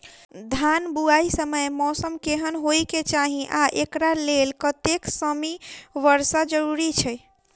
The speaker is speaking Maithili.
धान बुआई समय मौसम केहन होइ केँ चाहि आ एकरा लेल कतेक सँ मी वर्षा जरूरी छै?